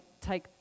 take